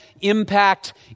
impact